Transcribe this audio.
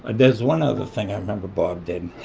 and there's one other thing i remember bob did.